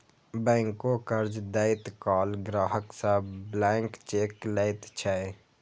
बैंको कर्ज दैत काल ग्राहक सं ब्लैंक चेक लैत छै